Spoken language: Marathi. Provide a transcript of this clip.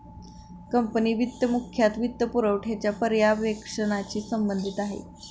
कंपनी वित्त मुख्यतः वित्तपुरवठ्याच्या पर्यवेक्षणाशी संबंधित आहे